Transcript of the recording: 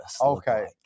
Okay